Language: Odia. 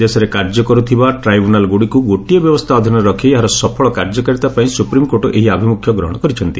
ଦେଶରେ କାର୍ଯ୍ୟ କର୍ଥକା ଟ୍ରାଇବୁନାଲ୍ଗୁଡ଼ିକୁ ଗୋଟିଏ ବ୍ୟବସ୍ଥା ଅଧୀନରେ ରଖି ଏହାର ସଫଳ କାର୍ଯ୍ୟକାରିତା ପାଇଁ ସୁପ୍ରିମକୋର୍ଟ ଏହି ଆଭିମୁଖ୍ୟ ଗ୍ରହଣ କରିଛନ୍ତି